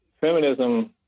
Feminism